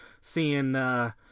seeing